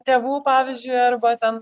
tėvų pavyzdžiui arba ten